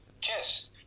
Kiss